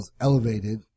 elevated